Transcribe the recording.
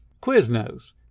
Quiznos